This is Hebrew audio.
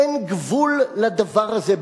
אין גבול לדבר הזה.